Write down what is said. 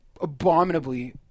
abominably